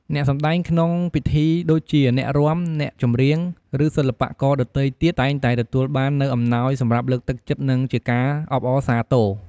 អ្នកសម្តែងក្នុងពិធី ដូចជា អ្នករាំ អ្នកចម្រៀង ឬសិល្បករដទៃទៀត តែងតែទទួលបាននូវអំណោយ សម្រាប់លើកទឹកចិត្ត និងជាការអបអរសាទរ។